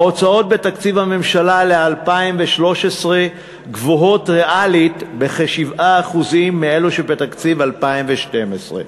ההוצאות בתקציב הממשלה ל-2013 גבוהות ריאלית בכ-7% מאלה שבתקציב 2012,